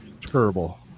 terrible